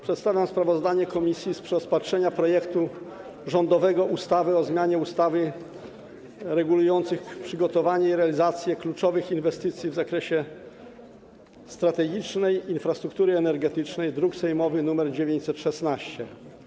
przedstawiam sprawozdanie komisji z rozpatrzenia rządowego projektu ustawy o zmianie ustaw regulujących przygotowanie i realizację kluczowych inwestycji w zakresie strategicznej infrastruktury energetycznej, druk sejmowy nr 916.